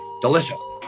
Delicious